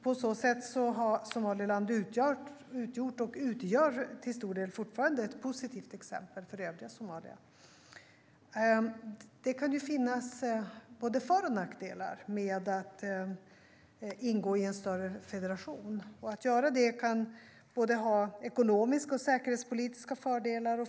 På så sätt har Somaliland utgjort, och utgör till stor del fortfarande, ett positivt exempel för övriga Somalia.Det kan finnas både för och nackdelar med att ingå i en större federation. Att göra det kan ha både ekonomiska och säkerhetspolitiska fördelar.